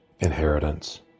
inheritance